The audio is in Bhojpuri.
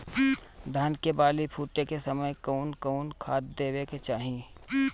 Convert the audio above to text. धान के बाली फुटे के समय कउन कउन खाद देवे के चाही?